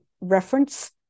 reference